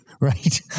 right